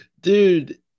Dude